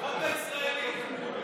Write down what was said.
החוק הישראלי.